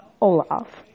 Olaf